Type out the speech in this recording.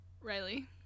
Riley